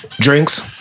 Drinks